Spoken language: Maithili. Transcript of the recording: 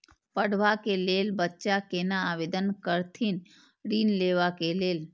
पढ़वा कै लैल बच्चा कैना आवेदन करथिन ऋण लेवा के लेल?